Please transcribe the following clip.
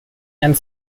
and